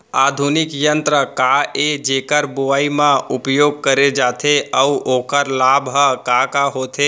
आधुनिक यंत्र का ए जेकर बुवाई म उपयोग करे जाथे अऊ ओखर लाभ ह का का होथे?